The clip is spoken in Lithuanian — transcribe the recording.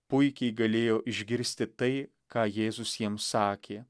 puikiai galėjo išgirsti tai ką jėzus jiems sakė